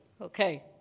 Okay